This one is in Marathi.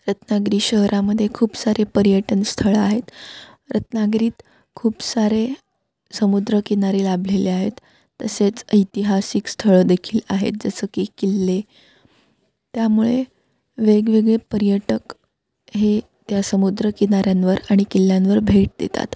रत्नागिरी शहरामध्ये खूप सारे पर्यटनस्थळं आहेत रत्नागिरीत खूप सारे समुद्रकिनारे लाभलेले आहेत तसेच ऐतिहासिक स्थळं देखील आहेत जसं की किल्ले त्यामुळे वेगवेगळे पर्यटक हे त्या समुद्रकिनाऱ्यांवर आणि किल्ल्यांवर भेट देतात